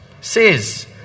says